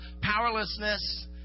powerlessness